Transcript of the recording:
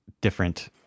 different